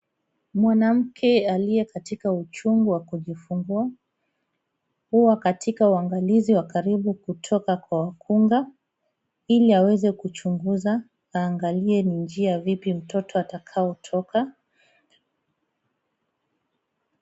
Mwanamke aliyekatika uchungu wa kujifungua, yuko katika uangalifu wa karibu kutoka kwa wakunga ili waweze kuchunguza na waangalie ni njia vipi mtoto atakavyo toka.